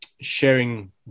sharing